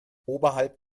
oberhalb